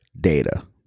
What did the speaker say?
data